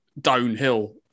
downhill